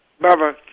Bye-bye